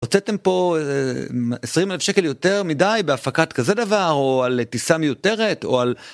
הוצאתם פה 20,000 שקל יותר מדי בהפקת כזה דבר או על טיסה מיותרת או על.